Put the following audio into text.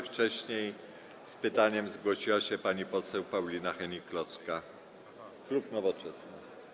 Wcześniej z pytaniem zgłosiła się pani poseł Paulina Hennig-Kloska, klub Nowoczesna.